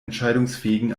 entscheidungsfähigen